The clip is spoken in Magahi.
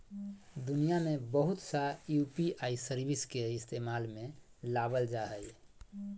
दुनिया में बहुत सा यू.पी.आई सर्विस के इस्तेमाल में लाबल जा हइ